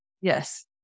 Yes